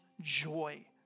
joy